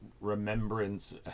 Remembrance